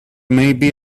maybe